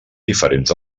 diferents